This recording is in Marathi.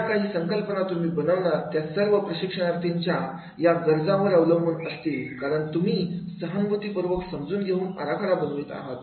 ज्या काही संकल्पना तुम्ही बनवणार त्या सर्व प्रशिक्षणार्थींच्या या गरजा वर अवलंबून असतील करण तुम्ही सहानुभूतीपूर्वक समजून घेऊन आराखडा बनवत असता